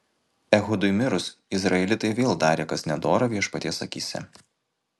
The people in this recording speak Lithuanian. ehudui mirus izraelitai vėl darė kas nedora viešpaties akyse